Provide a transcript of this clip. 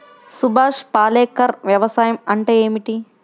సుభాష్ పాలేకర్ వ్యవసాయం అంటే ఏమిటీ?